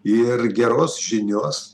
ir geros žinios